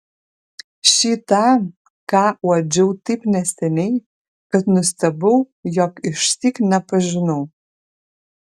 šį tą ką uodžiau taip neseniai kad nustebau jog išsyk nepažinau